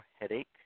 headache